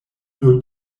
nur